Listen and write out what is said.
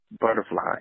Butterfly